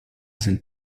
sind